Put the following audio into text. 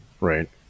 right